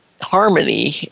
harmony